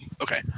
okay